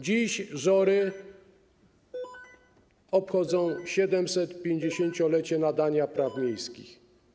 Dziś Żory obchodzą 750-lecie nadania praw miejskich.